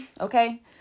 okay